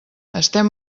estem